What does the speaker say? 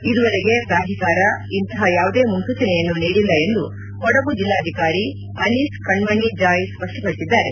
ಇದುವರೆಗೆ ಪ್ರಾಧಿಕಾರ ಇಂತಹ ಯಾವುದೇ ಮುನ್ಸೂಚನೆಯನ್ನು ನೀಡಿಲ್ಲ ಎಂದು ಕೊಡಗು ಜೆಲ್ಡಾಧಿಕಾರಿ ಅನೀಸ್ ಕಣ್ಣಣೆ ಜಾಯ್ ಸ್ಪಪ್ಪಡಿಸಿದ್ದಾರೆ